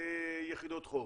יחידות חום,